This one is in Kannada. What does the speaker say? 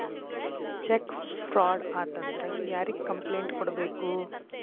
ಚೆಕ್ ಫ್ರಾಡ ಆತಂದ್ರ ಯಾರಿಗ್ ಕಂಪ್ಲೆನ್ಟ್ ಕೂಡ್ಬೇಕು